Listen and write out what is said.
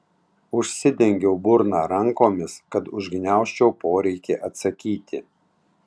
užsidengiau burną rankomis kad užgniaužčiau poreikį atsakyti